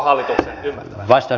arvoisa herra puhemies